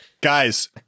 Guys